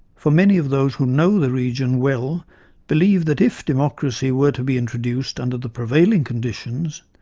for many of those who know the region well believe that if democracy were to be introduced under the prevailing conditions,